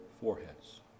foreheads